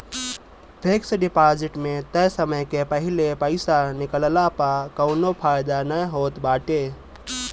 fix deposit में तय समय के पहिले पईसा निकलला पअ कवनो फायदा नाइ होत बाटे